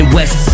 West